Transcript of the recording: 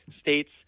states